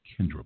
Kendra